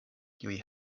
kiuj